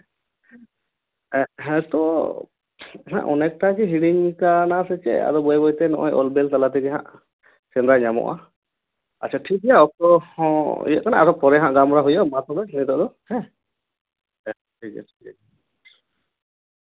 ᱦᱮᱸᱛᱚ ᱚᱱᱮᱠᱴᱟ ᱦᱤᱲᱤᱧ ᱠᱟᱱᱟ ᱥᱮ ᱪᱮᱫ ᱟᱫᱚ ᱵᱟᱹᱭ ᱵᱟᱹᱭ ᱛᱮ ᱱᱚᱜᱼᱚᱭ ᱚᱞ ᱵᱤᱞ ᱛᱟᱞᱟ ᱛᱮᱜᱮ ᱦᱟᱸᱜ ᱥᱮᱸᱫᱽᱨᱟ ᱧᱟᱢᱚᱜᱼᱟ ᱟᱪᱪᱷᱟ ᱴᱷᱤᱠᱜᱮᱭᱟ ᱚᱠᱛᱚ ᱦᱚᱸ ᱤᱭᱟᱹᱜ ᱠᱟᱱᱟ ᱟᱨᱚ ᱯᱚᱨᱮ ᱦᱟᱸᱜ ᱜᱟᱞᱢᱟᱨᱟᱣ ᱦᱩᱭᱩᱜᱼᱟ ᱢᱟ ᱛᱚᱵᱮ ᱱᱤᱛᱳᱜ ᱫᱚ ᱦᱮᱸ ᱦᱮᱸ ᱴᱷᱤᱠ ᱟᱪᱷᱮ ᱴᱷᱤᱠ ᱟᱪᱷᱮ